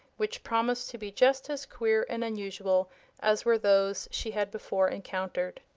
which promised to be just as queer and unusual as were those she had before encountered.